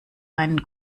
einen